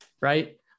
Right